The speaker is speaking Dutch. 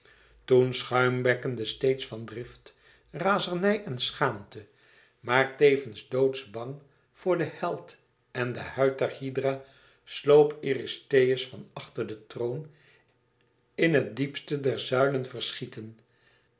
toen schuimbekkende steeds van drift razernij en schaamte maar tevens doodsbang voor den held en de huid der hydra sloop eurystheus van achter den troon in het diepste der zuilenverschieten